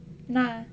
நா:naa